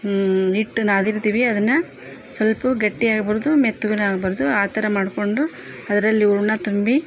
hit ನಾದಿರ್ತೀವಿ ಅದನ್ನ ಸ್ವಲ್ಪವು ಗಟ್ಟಿಯಾಗ್ಬಾರದು ಮೆತ್ಗುನು ಆಗ್ಬಾರದು ಆ ಥರ ಮಾಡ್ಕೊಂಡು ಅದರಲ್ಲಿ ಹೂರ್ಣ ತುಂಬಿ